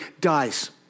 dies